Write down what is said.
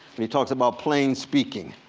he talks about plain speaking.